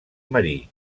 marí